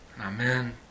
Amen